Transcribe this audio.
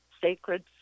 sacred